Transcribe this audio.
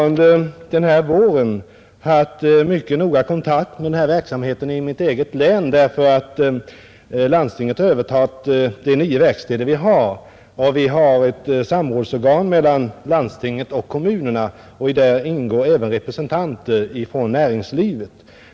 Under den här våren har jag haft mycket nära kontakt med denna verksamhet i mitt eget län därför att landstinget övertagit de nio verkstäder vi har. Det finns ett samrådsorgan mellan landstinget och kommunerna, vari ingår även representanter för näringslivet.